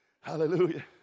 Hallelujah